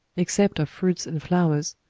except of fruits and flowers,